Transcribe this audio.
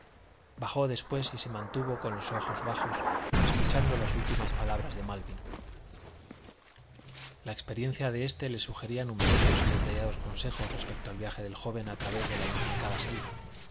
bajó después y se mantuvo con los ojos bajos escuchando las últimas palabras de malvin la experiencia de éste le sugería numerosos y detallados consejos respecto al viaje del joven a través de la intrincada selva